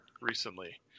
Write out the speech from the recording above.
recently